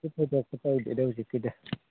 ꯀꯩꯁꯨ ꯊꯣꯗꯣꯛꯄ ꯇꯧꯗꯦꯗꯍꯧꯖꯤꯛꯀꯤꯗꯤ